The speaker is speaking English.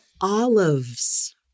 olives